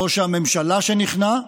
ראש הממשלה שנכנע,